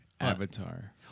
Avatar